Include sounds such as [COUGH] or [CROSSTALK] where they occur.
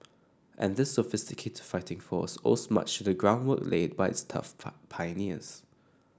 and this sophisticated fighting force owes much the groundwork laid by its tough [UNINTELLIGIBLE] pioneers